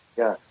yeah.